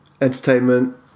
Entertainment